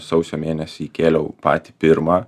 sausio mėnesį įkėliau patį pirmą